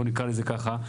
בוא נקרא לזה ככה,